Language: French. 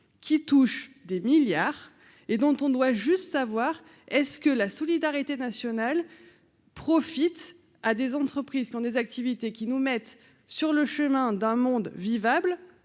qui touchent des milliards et dont on doit juste savoir est-ce que la solidarité nationale profite à des entreprises qui ont des activités qui nous mettent sur le chemin d'un monde vivable,